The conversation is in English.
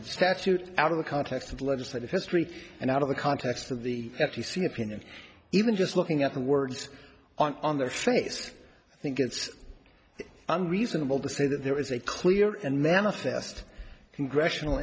of statute out of the context of legislative history and out of the context of the f t c opinion even just looking at the words on their face i think it's reasonable to say that there is a clear and manifest congressional